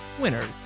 winners